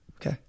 Okay